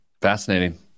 Fascinating